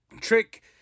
Trick